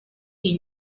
iyi